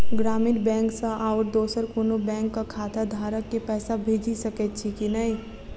ग्रामीण बैंक सँ आओर दोसर कोनो बैंकक खाताधारक केँ पैसा भेजि सकैत छी की नै?